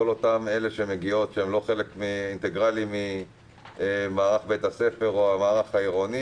כל אלה שמגיעות שהן לא חלק אינטגרלי ממערך בית הספר או המערך העירוני